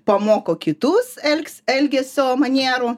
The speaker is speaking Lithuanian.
pamoko kitus elgs elgesio manierų